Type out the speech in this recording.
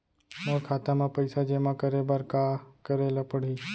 मोर खाता म पइसा जेमा करे बर का करे ल पड़ही?